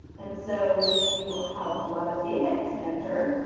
and so, when you have a lot of data to enter,